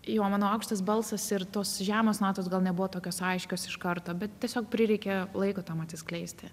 jo mano aukštas balsas ir tos žemos natos gal nebuvo tokios aiškios iš karto bet tiesiog prireikė laiko tam atsiskleisti